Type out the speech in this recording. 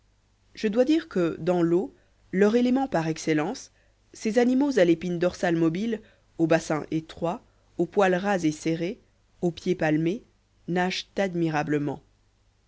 je dois dire que dans l'eau leur élément par excellence ces animaux à l'épine dorsale mobile au bassin étroit au poil ras et serré aux pieds palmés nagent admirablement